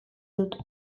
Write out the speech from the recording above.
dut